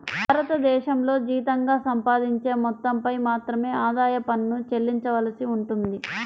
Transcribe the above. భారతదేశంలో జీతంగా సంపాదించే మొత్తంపై మాత్రమే ఆదాయ పన్ను చెల్లించవలసి ఉంటుంది